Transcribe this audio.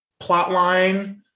plotline